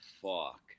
Fuck